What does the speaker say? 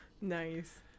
Nice